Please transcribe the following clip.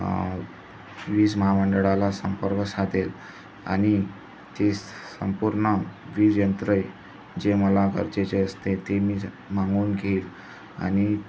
वीज महामंडळााला संपर्क साधेल आणि ते संपूर्ण वीजयंत्रे जे मला गरजेचे असते ते मी ज मागवून घेईल आणि